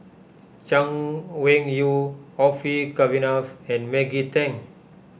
Chay Weng Yew Orfeur Cavenagh and Maggie Teng